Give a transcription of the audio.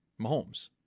Mahomes